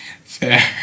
Fair